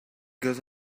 goes